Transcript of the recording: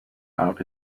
out